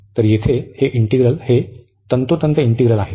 तर येथे हे इंटिग्रल हे तंतोतंत इंटिग्रल आहे